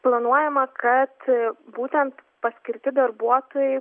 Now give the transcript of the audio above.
planuojama kad būtent paskirti darbuotojai